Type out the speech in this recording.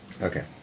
Okay